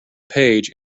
page